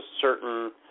certain